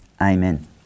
amen